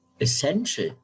essential